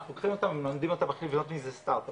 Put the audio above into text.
אנחנו לוקחים אותם ומלמדים אותם איך לבנות מזה סטארט אפ.